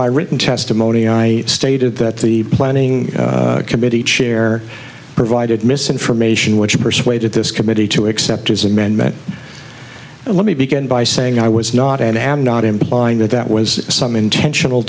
my written testimony i stated that the planning committee chair provided misinformation which persuaded this committee to accept his amendment and let me begin by saying i was not and i am not implying that that was some intentional